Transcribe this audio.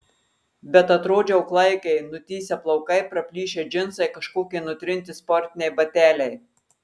bet atrodžiau klaikiai nutįsę plaukai praplyšę džinsai kažkokie nutrinti sportiniai bateliai